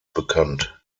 bekannt